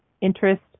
interest